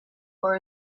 for